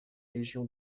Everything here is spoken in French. légion